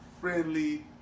friendly